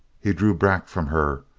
he drew back from her,